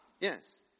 Yes